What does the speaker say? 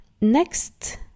next